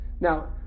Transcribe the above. Now